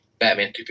Batman